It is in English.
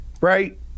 right